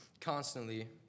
constantly